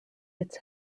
its